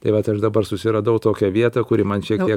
tai vat aš dabar susiradau tokią vietą kuri man šiek tiek